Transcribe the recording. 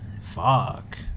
Fuck